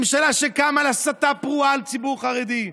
ממשלה שקמה על הסתה פרועה על הציבור החרדי,